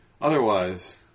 Otherwise